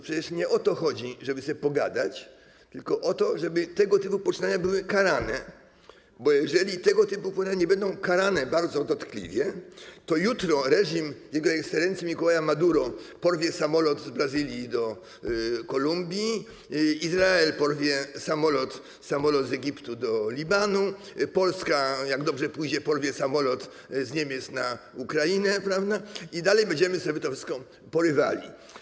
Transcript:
Przecież nie to chodzi, żeby sobie pogadać, tylko o to, żeby tego typu poczynania były karane, bo jeżeli tego typu poczynania nie będą karane bardzo dotkliwie, to jutro reżim jego ekscelencji Mikołaja Maduro porwie samolot z Brazylii do Kolumbii, Izrael porwie samolot z Egiptu do Libanu, a Polska, jak dobrze pójdzie, porwie samolot z Niemiec na Ukrainę i dalej będziemy sobie to wszystko porywali.